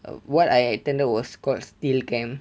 uh what I attended was called steel camp